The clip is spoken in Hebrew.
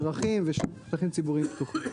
דרכים ושטחים ציבוריים פתוחים.